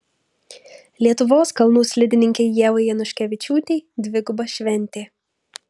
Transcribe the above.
lietuvos kalnų slidininkei ievai januškevičiūtei dviguba šventė